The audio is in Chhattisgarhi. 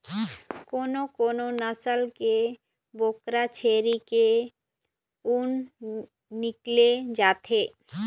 कोनो कोनो नसल के बोकरा छेरी के ऊन निकाले जाथे